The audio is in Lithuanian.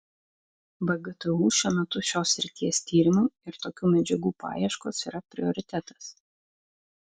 vgtu šiuo metu šios srities tyrimai ir tokių medžiagų paieškos yra prioritetas